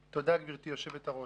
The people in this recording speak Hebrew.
תודה, גברתי היושבת-ראש,